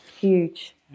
Huge